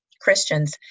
Christians